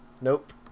Nope